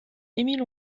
émile